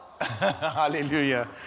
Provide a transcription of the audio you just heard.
hallelujah